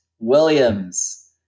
Williams